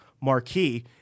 marquee